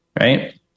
right